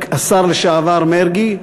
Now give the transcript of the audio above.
השר לשעבר מרגי,